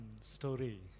story